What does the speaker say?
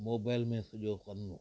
mobile में सॼो करिणो